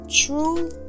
true